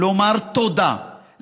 לומר תודה,